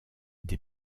des